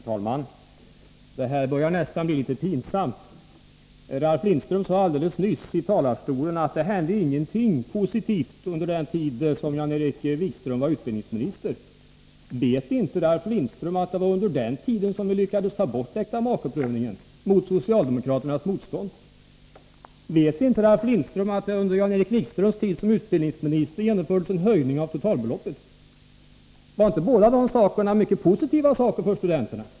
Herr talman! Det här börjar nästan bli litet pinsamt. Ralf Lindström sade alldeles nyss från talarstolen att det inte hände någonting positivt under den tid som Jan-Erik Wikström var utbildningsminister. Vet inte Ralf Lindström att det var under den tiden som vi lyckades ta bort äktamakeprövningen, mot socialdemokraternas motstånd? Vet inte Ralf Lindström att det under Jan-Erik Wikströms tid som utbildningsminister genomfördes en höjning av totalbeloppet? Var inte det saker som var mycket positiva för studenterna?